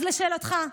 אז לשאלתך,